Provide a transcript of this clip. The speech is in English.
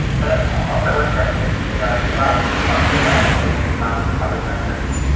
but also what struck me is, you know, if he lied to you about the arrest, like it's on his public record.